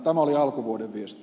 tämä oli alkuvuoden viesti